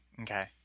Okay